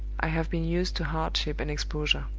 i have been used to hardship and exposure.